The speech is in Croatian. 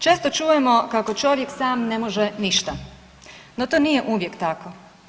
Često čujemo kako čovjek sam ne može ništa, no to nije uvijek tako.